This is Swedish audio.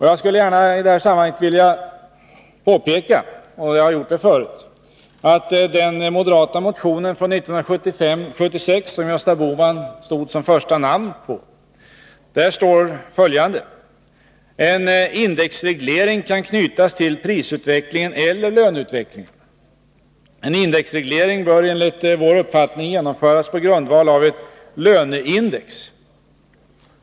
Jag vill i detta sammanhang gärna påpeka, som jag har gjort förut, att det i en moderat motion från 1975/76, där Gösta Bohman var första namn står följande: ”En indexreglering kan knytas till prisutvecklingen eller löneutvecklingen. En indexreglering bör enligt vår uppfattning genomföras på grundval av ett löneindex.